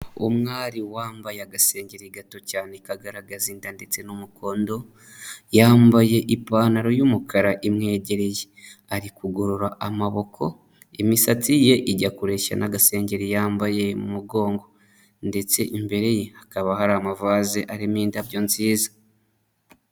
Umwari wambaye agasengeri gato cyane kagaragaza inda ndetse n'umukondo, yambaye ipantaro y'umukara imwegereye. Ari kugorora amaboko, imisatsi ye ijya kureshya n'agasengeri yambaye mu mugongo ndetse imbere ye, hakaba hari amavaze arimo indabyo nziza.